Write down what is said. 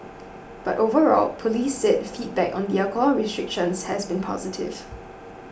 but overall police said feedback on the alcohol restrictions has been positive